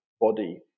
body